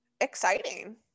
exciting